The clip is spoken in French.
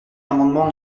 l’amendement